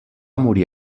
morir